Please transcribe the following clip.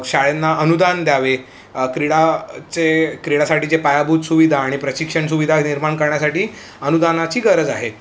शाळेंना अनुदान द्यावे क्रीडेचे क्रीडासाठीचे पायाभूत सुविधा आणि प्रशिक्षण सुविधा निर्माण करण्यासाठी अनुदानाची गरज आहे